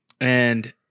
and-